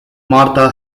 marta